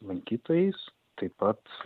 lankytojais taip pat